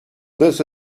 this